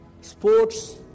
Sports